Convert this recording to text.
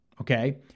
Okay